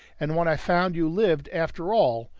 and when i found you lived after all,